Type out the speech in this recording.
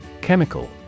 Chemical